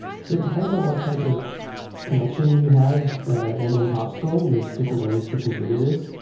so it depends on what type of connection you have ah in in popsql. there's different ways to configure this.